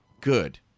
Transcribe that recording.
good